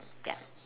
ya